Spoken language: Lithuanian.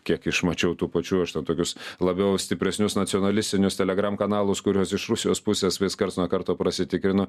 kiek iš mačiau tų pačių aš ten tokius labiau stipresnius nacionalistinius telegram kanalus kuriuos iš rusijos pusės vis karts nuo karto prasitikrinu